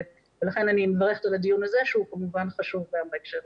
לכן אני מברכת על הדיון הזה שהוא כמובן חשוב גם בהקשר הזה.